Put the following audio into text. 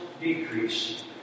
decrease